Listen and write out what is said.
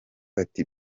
ati